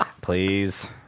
Please